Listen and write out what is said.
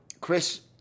Chris